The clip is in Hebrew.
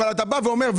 אבל אתה בא ואומר,